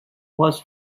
was